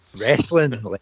Wrestling